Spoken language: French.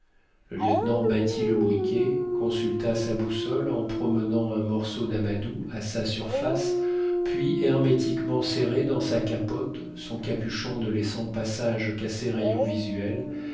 le lieutenant battit le briquet consulta sa boussole en promenant un morceau d'amadou à sa surface puis hermétiquement serré dans sa capote son capuchon ne laissant passage qu'à ses rayons visuels